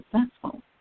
successful